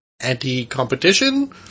anti-competition